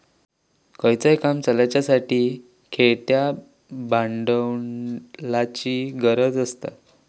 खयचाय काम चलाच्यासाठी खेळत्या भांडवलाची गरज आसता